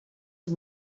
sie